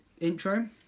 intro